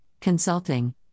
Consulting